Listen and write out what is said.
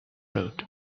road